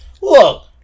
Look